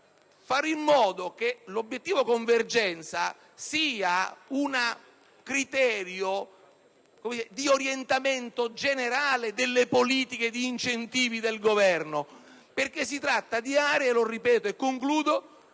fare in modo che l'obiettivo convergenza sia un criterio di orientamento generale delle politiche di incentivi del Governo, perché si tratta di aree - lo ripeto - che sono